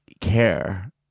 care